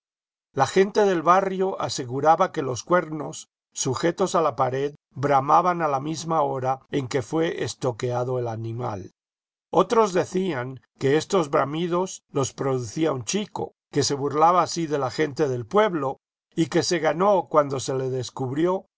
la gente del barrio aseguraba que los cuernos sujetos a la pared bramaban a la misma hora en que fué estoqueado el animal otros decían que estos bramidos los producía un chico que se burlaba así de la gente del pueblo y que se ganó cuando se le descubrió